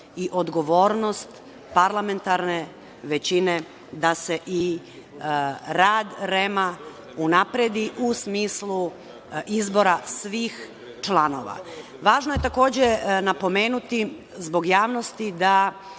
i odgovornost parlamentarne većine da se i rad REM unapredi u smislu izbora svih članova. Važno je, takođe, napomenuti zbog javnosti da